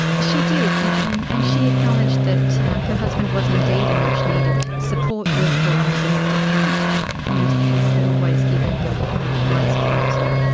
she did, and and she acknowledged that her husband was indeed a much needed support worker on the domestic front and has always given her wise counsel.